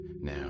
now